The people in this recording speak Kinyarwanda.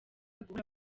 guhora